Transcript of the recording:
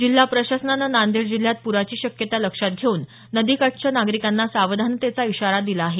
जिल्हा प्रशासनानं नांदेड जिल्ह्यात प्राची शक्यता लक्षात घेऊन नदीकाठच्या नागरीकांना सावधानतेचा इशारा दिला आहे